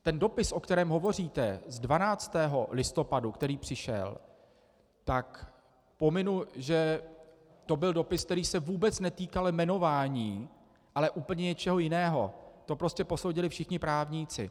Ten dopis, o kterém hovoříte, z 12. listopadu, který přišel, tak pominu, že to byl dopis, který se vůbec netýkal jmenování, ale úplně něčeho jiného, to prostě posoudili všichni právníci.